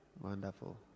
wonderful